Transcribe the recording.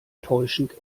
täuschend